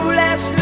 less